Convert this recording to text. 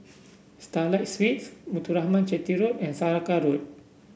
Starlight Suites Muthuraman Chetty Road and Saraca Road